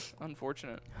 Unfortunate